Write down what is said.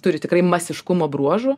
turi tikrai masiškumo bruožų